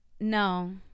No